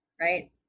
right